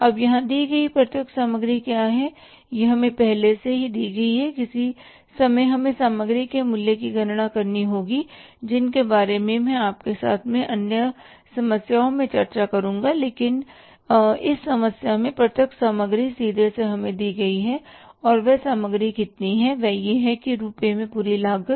अब यहां दी गई प्रत्यक्ष सामग्री क्या है यह हमें पहले से ही दी गई है किसी समय हमें सामग्री के मूल्य की गणना करनी होगी जिनके बारे में मैं आपके साथ अन्य समस्याओं में चर्चा करुंगा लेकिन इस समस्या में प्रत्यक्ष सामग्री सीधे से हमें दी गई है और वह सामग्री कितनी है वह यह है रुपए में पूरी लागत